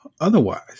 otherwise